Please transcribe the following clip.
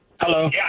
hello